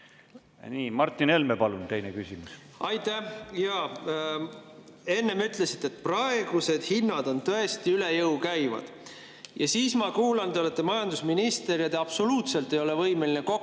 Martin Helme, palun, teine küsimus! Aitäh! Te enne ütlesite, et praegused hinnad on tõesti üle jõu käivad. Siis ma kuulen, et te olete majandusminister ja te absoluutselt ei ole võimeline kokku